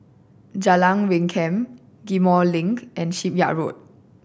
Jalan Rengkam Ghim Moh Link and Shipyard Road